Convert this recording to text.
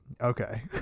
Okay